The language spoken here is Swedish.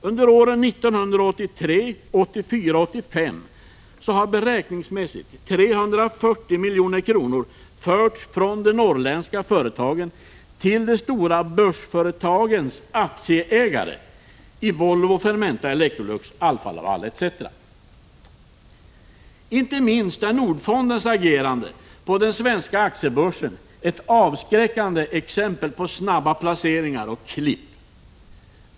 Under åren 1983-1985 har beräkningsmässigt 340 milj.kr. förts från de norrländska företagen till de stora börsföretagens aktieägare i Volvo, Fermenta, Electrolux, Alfa Laval etc. Inte minst är Nordfondens agerande på den svenska aktiebör Prot. 1985/86:149 sen ett avskräckande exempel på snabba placeringar och klipp.